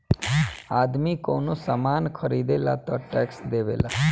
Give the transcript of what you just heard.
आदमी कवनो सामान ख़रीदेला तऽ टैक्स देवेला